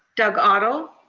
doug otto?